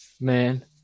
Man